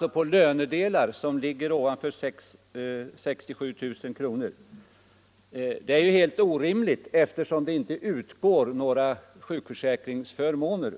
de lönedelar som ligger ovanför taket, dvs. i dag 67 500 kr., är ju helt orimligt eftersom det på den delen av lönen inte utgår några sjukförsäkringsförmåner.